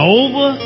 over